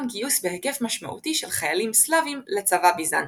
גיוס בהיקף משמעותי של חיילים סלאבים לצבא ביזנטי.